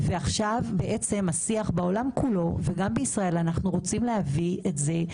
עכשיו בעצם השיח בעולם כולו וגם בישראל אנחנו רוצים להביא את זה,